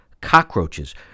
cockroaches